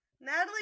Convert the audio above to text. Natalie